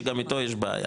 שגם אתו יש בעיה,